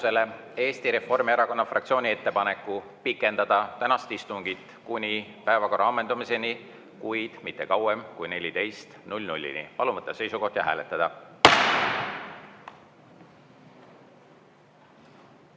Eesti Reformierakonna fraktsiooni ettepaneku pikendada tänast istungit kuni päevakorra ammendumiseni, kuid mitte kauem kui 14.00-ni. Palun võtta seisukoht ja hääletada!